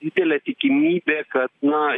didelė tikimybė kad na